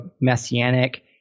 messianic